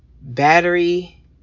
battery